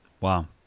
Wow